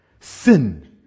sin